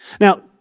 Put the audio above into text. Now